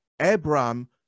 Abraham